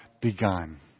begun